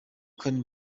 kane